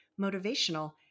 motivational